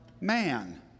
man